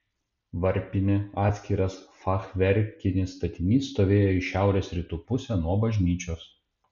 varpinė atskiras fachverkinis statinys stovėjo į šiaurės rytų pusę nuo bažnyčios